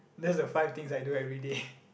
that's the five things I do every day